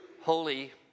holy